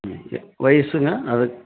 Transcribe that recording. ம் ஓகே வயசுங்க அதுக்